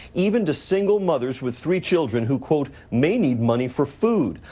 even to single mothers with three children who, quote, may need money for food.